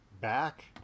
back